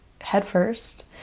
headfirst